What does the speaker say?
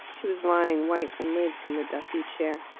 she was lying, white and limp, in the dusty chair.